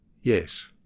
Yes